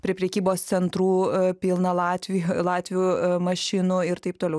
prie prekybos centrų pilna latvijo latvių mašinų ir taip toliau